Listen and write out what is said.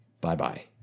Bye-bye